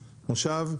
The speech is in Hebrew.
מושב,